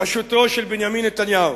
בראשותו של בנימין נתניהו,